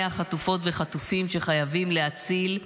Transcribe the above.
100 חטופות וחטופים שחייבים להציל.